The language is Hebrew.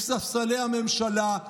מספסלי הממשלה,